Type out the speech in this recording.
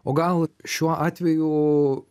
o gal šiuo atveju